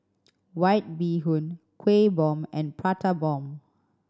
White Bee Hoon Kueh Bom and Prata Bomb